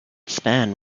span